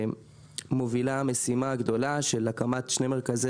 מובילה משימה גדולה של הקמת שני מרכזי